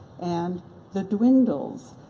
and the dwindles,